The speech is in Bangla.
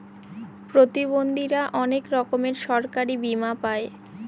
প্রতিবন্ধীরা অনেক রকমের সরকারি বীমা পাই